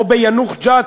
או ביאנוח-ג'ת,